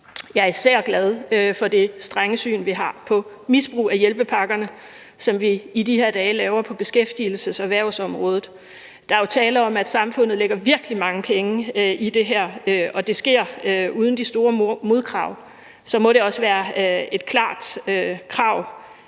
Jeg er især glad for det strenge syn, vi har, på misbrug af hjælpepakkerne, som vi i de her dage laver på beskæftigelses- og erhvervsområdet. Der er jo tale om, at samfundet lægger virkelig mange penge i det her, og det sker uden de store modkrav. Så må det også være et klart krav,